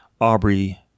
Aubrey